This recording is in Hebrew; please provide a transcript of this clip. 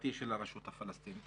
משפטי של הרשות הפלסטינית,